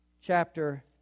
chapter